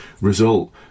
result